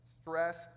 stress